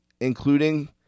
including